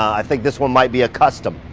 i think this one might be a custom.